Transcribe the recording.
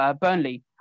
Burnley